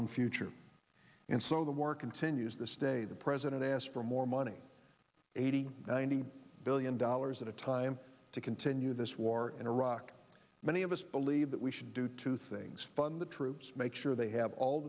own future and so the war continues the stay the president asked for more money eighty ninety billion dollars at a time to continue this war in iraq many of us believe that we should do two things fund the troops make sure they have all